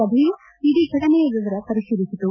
ಸಭೆಯು ಇಡೀ ಘಟನೆಯ ವಿವರ ಪರಿಶೀಲಿಸಿತು